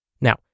Now